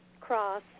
cross